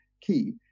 key